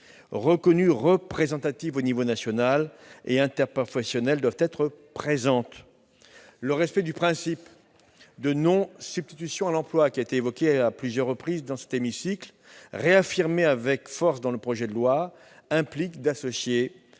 reconnues représentatives au niveau national et interprofessionnel doivent être présentes au nombre de ces acteurs. Le respect du principe de non-substitution à l'emploi, évoqué à plusieurs reprises dans cet hémicycle et réaffirmé avec force dans le projet de loi, implique d'associer